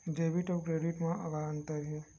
Debit अउ credit म का अंतर हे?